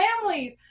families